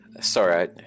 Sorry